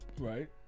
right